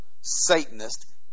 Satanist